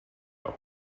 and